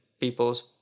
people's